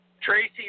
Tracy